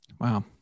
Wow